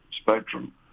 spectrum